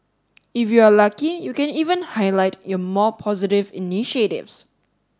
if you are lucky you can even highlight your more positive initiatives